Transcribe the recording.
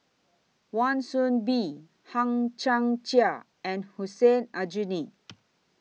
Wan Soon Bee Hang Chang Chieh and Hussein Aljunied